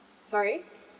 sorry